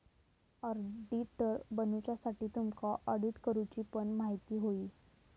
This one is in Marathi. ऑडिटर बनुच्यासाठी तुमका ऑडिट करूची पण म्हायती होई